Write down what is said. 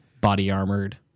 body-armored